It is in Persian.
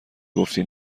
گفتی